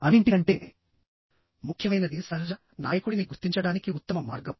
అన్నింటికంటే ముఖ్యమైనది సహజ నాయకుడిని గుర్తించడానికి ఉత్తమ మార్గం